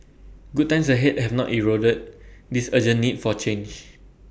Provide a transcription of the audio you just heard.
good times ahead have not eroded this urgent need for change